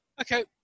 Okay